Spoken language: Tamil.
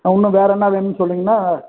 இன்னும் வேறு என்ன வேணும்னு சொன்னீங்கன்னால்